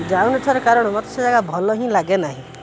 ଯାଉନଥିବାର କାରଣ ମୋତେ ସେ ଜାଗା ଭଲ ହିଁ ଲାଗେ ନାହିଁ